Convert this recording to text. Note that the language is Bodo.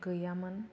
गैयामोन